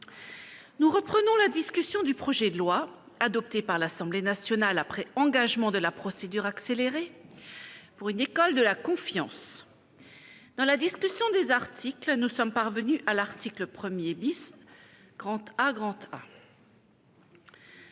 Nous reprenons la discussion du projet de loi, adopté par l'Assemblée nationale, après engagement de la procédure accélérée, pour une école de la confiance. Dans la discussion du texte de la commission, nous en sommes parvenus à l'article 1 AA. La parole